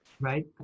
Right